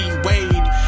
D-Wade